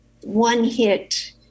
one-hit